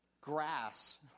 Grass